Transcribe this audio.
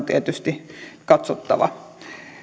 tietysti katsottava